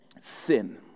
sin